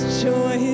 joy